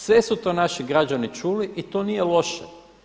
Sve su to naši građani čuli i to nije loše.